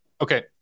okay